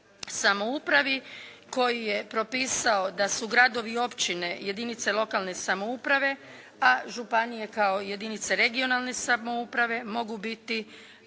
samoupravi koji je propisao da su gradovi i općine jedinice lokalne samouprave, a županije kao jedinice regionalne samouprave mogu biti